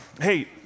hey